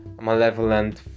malevolent